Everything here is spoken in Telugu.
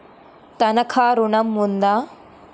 తనఖా ఋణం ఉందా?